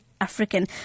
African